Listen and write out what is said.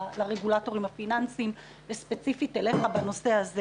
לרגולטורים הפיננסים וספציפית אליך בנושא הזה